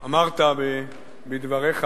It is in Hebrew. אמרת בדבריך